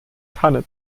tanne